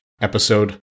episode